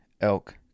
Elk